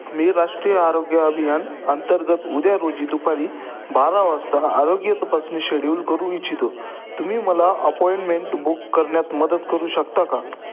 मी राष्ट्रीय आरोग्य अभियान अंतर्गत उद्या रोजी दुपारी बारा वाजता आरोग्य तपासणी शेड्यूल करू इच्छितो तुम्ही मला अपॉइंटमेंट बुक करण्यात मदत करू शकता का